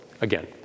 Again